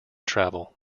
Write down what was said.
travel